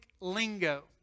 lingo